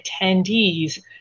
attendees